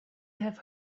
have